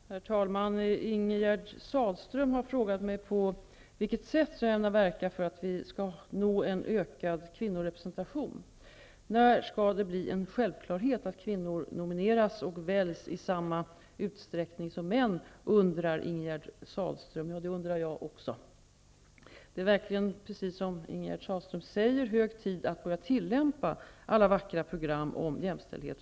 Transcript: Herr talman! Ingegerd Sahlström har frågat mig på vilket sätt jag ämnar verka för att vi skall nå en ökad kvinnorepresentation. När skall det bli en självklarhet att kvinnor nomineras och väljs i samma utsträckning som män, undrar Ingegerd Sahlström. Det undrar jag också. Det är verkligen, precis som Ingegerd Sahlström säger, hög tid att börja tillämpa alla vackra program om jämställdhet.